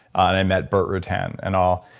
i met burt rutan and all.